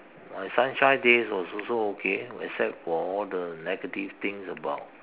my sunshine days was also okay except for all the negative things about